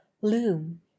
loom